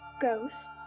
ghosts